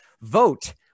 vote